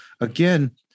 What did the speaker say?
Again